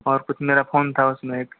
और कुछ मेरा फ़ोन था उसमें एक